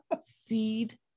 seed